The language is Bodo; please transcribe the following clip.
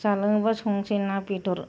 जालाङोबा संसै ना बेदर